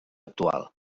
actual